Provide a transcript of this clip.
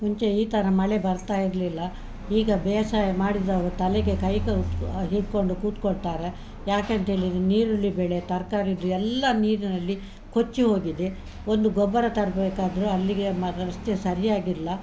ಮುಂಚೆ ಈ ಥರ ಮಳೆ ಬರ್ತಾ ಇರಲಿಲ್ಲ ಈಗ ಬೇಸಾಯ ಮಾಡಿದ್ದು ಅವ್ರ ತಲೆಗೆ ಕೈಕ ಹಿಡ್ಕೊಂಡು ಕೂತ್ಕೊಳ್ತಾರೆ ಯಾಕೆಂತೇಳಿರೆ ನೀರುಳ್ಳಿ ಬೆಳೆ ತರಕಾರಿದು ಎಲ್ಲಾ ನೀರಿನಲ್ಲಿ ಕೊಚ್ಚಿ ಹೋಗಿದೆ ಒಂದು ಗೊಬ್ಬರ ತರ್ಬೇಕಾದರೂ ಅಲ್ಲಿಗೆ ಮ ರಸ್ತೆ ಸರಿಯಾಗಿಲ್ಲ